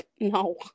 No